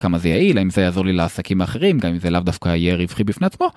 כמה זה יעיל, אם זה יעזור לי לעסקים אחרים, גם אם זה לאו דווקא יהיה רווחי בפני עצמו.